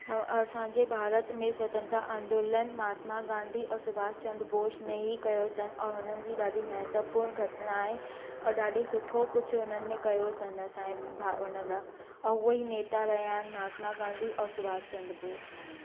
असांजे भारत में स्वतंत्रता आंदोलन महात्मा गांधी और सुभाषचंद्र बोस ने हीउ कयो अथनि और उन्हनि जी महत्वपूर्ण घटना आहे ऐं ॾाढो सुठो उन्हनि में कयो अथनि असांजे भाउ उन लाइ ऐं उहो ई नेता रहिया आहिनि महात्मा गांधी और सुभाषचंद्र बोस